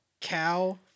cow